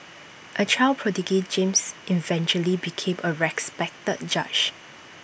A child prodigy James eventually became A respected judge